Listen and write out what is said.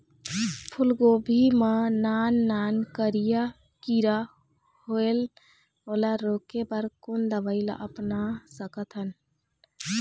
फूलगोभी मा नान नान करिया किरा होयेल ओला रोके बर कोन दवई ला अपना सकथन?